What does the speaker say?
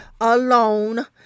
alone